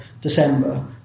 December